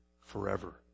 forever